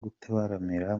gutaramira